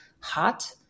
hot